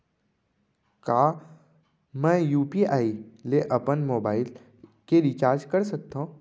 का मैं यू.पी.आई ले अपन मोबाइल के रिचार्ज कर सकथव?